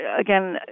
again